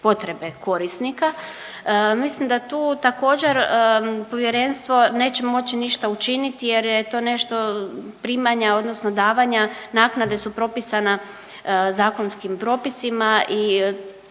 mislim da tu također povjerenstvo neće moći ništa učiniti jer je to nešto primanja odnosno davanja naknade su propisana zakonskim propisima i tu je